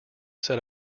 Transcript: set